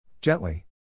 Gently